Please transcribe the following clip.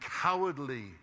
cowardly